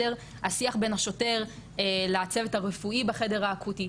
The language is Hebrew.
השיח בין השוטר לצוות הרפואי בחדר האקוטי.